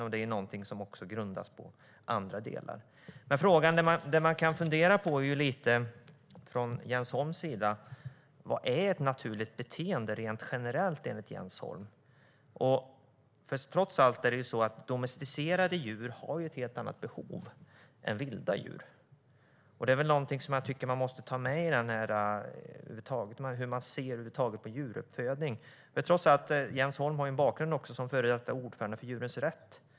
Också det är någonting som grundas på andra delar. Frågan man kan fundera på är: Vad är ett naturligt beteende, rent generellt, enligt Jens Holm? Trots allt har ju domesticerade djur helt andra behov än vilda djur. Det är någonting som jag tycker att man måste ta med i hur man ser på djuruppfödning över huvud taget. Jens Holm har en bakgrund som ordförande för Djurens rätt.